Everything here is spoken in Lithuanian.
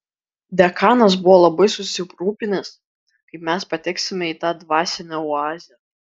dekanas buvo labai susirūpinęs kaip mes pateksime į tą dvasinę oazę